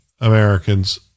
Americans